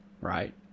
Right